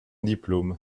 diplôme